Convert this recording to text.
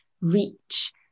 reach